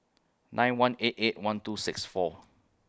nine one eight eight one two six four